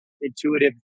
intuitive